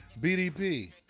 BDP